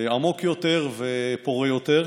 עמוק יותר ופורה יותר.